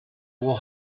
will